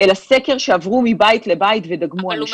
אלא סקר שבו עברו מבית לבית ודגמו אנשים